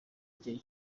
igihe